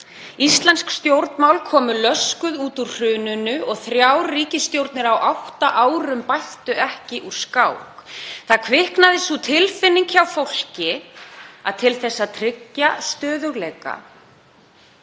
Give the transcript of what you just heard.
Íslensk stjórnmál komu löskuð út úr hruninu og þrjár ríkisstjórnir á átta árum bættu ekki úr skák. Það kviknaði sú tilfinning hjá fólki að til að tryggja stöðugleika